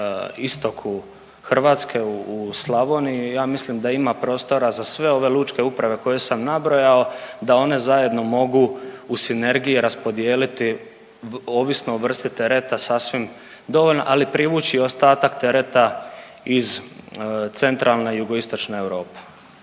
istoku Hrvatske u Slavoniji, ja mislim da ima prostora za sve ove lučke uprave koje sam nabrojao da one zajedno mogu u sinergiji raspodijeliti ovisno o vrsti tereta sasvim dovoljno, ali privući i ostatak tereta iz centralne i jugoistočne Europe.